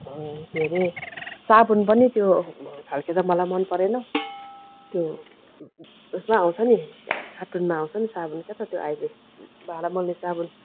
के अरे साबुन पनि त्यो खालके त मलाई मनपरेन त्यो उयसमा आउँछ नि कार्टुनमा आउँछ नि साबुन क्या त्यो अहिले भाँडा मोल्ने साबुन